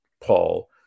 Paul